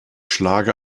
schlage